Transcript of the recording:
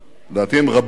לדעתי הם רבים,